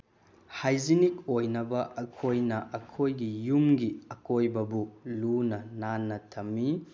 hygienic ꯑꯣꯏꯅꯕ ꯑꯩꯈꯣꯏꯅ ꯑꯩꯈꯣꯏꯒꯤ ꯌꯨꯝꯒꯤ ꯑꯀꯣꯏꯕꯕꯨ ꯂꯨꯅ ꯅꯥꯟꯅ ꯊꯝꯃꯤ